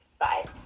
Bye